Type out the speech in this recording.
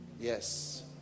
Yes